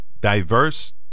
diverse